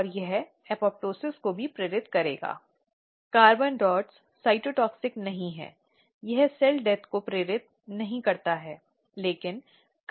तो एक वरिष्ठ कर्मचारी एक वरिष्ठ महिला कर्मचारी को अनिवार्य रूप से पीठासीन अधिकारी होना चाहिए उस आंतरिक शिकायत समिति का